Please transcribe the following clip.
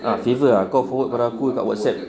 ah favour ah kau forward pada aku kat WhatsApp